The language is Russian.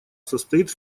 состоит